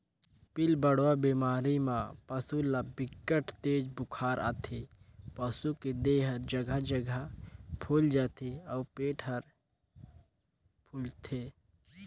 पिलबढ़वा बेमारी म पसू ल बिकट तेज बुखार आथे, पसू के देह हर जघा जघा फुईल जाथे अउ पेट हर फूलथे